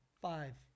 Five